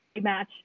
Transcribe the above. match